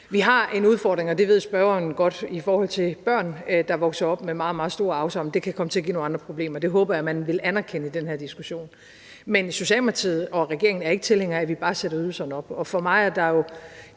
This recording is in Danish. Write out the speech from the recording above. Vi har en udfordring, og det ved spørgeren godt, nemlig i forhold til børn, der vokser op med meget, meget store afsavn. Det kan komme til at give nogle andre problemer – det håber jeg at man vil anerkende i den her diskussion. Men Socialdemokratiet og regeringen er ikke tilhængere af, at vi bare sætter ydelserne op, og for mig er det jo